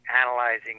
Analyzing